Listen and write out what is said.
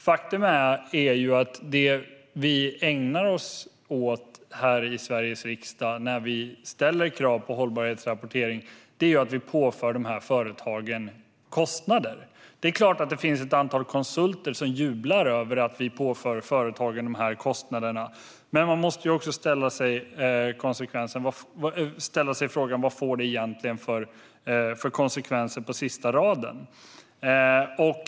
Faktum är ju att det vi ägnar oss åt här i Sveriges riksdag när vi ställer krav på hållbarhetsrapportering är att påföra dessa företag kostnader. Det är klart att det finns ett antal konsulter som jublar över att vi påför företagen dessa kostnader, men man måste också fråga sig vilka konsekvenser det får på sista raden.